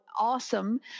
awesome